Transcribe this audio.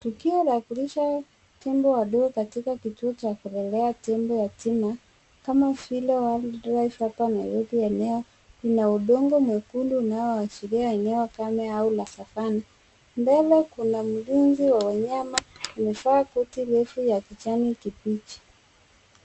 Tukio la kulisha tembo wadogo katika kituo cha kulelea tembo yatima kama vile Wild Drive hapa Nairobi. Eneo kuna udongo mwekundu unaoashiria eneo kame ya savana. Mbele kuna mlinzi wa wanyama aliyevaa koti refu la kijani kibichi.